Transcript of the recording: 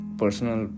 personal